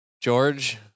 George